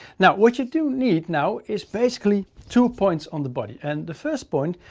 now what you do need now is basically two points on the body. and the first point,